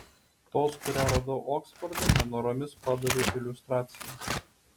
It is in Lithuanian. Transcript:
tos kurią radau oksforde nenoromis padaviau iliustraciją